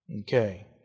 Okay